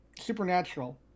supernatural